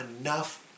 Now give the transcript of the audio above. enough